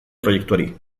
proiektuari